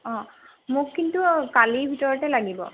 অ' মোক কিন্তু কালিৰ ভিতৰতে লাগিব